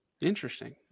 Interesting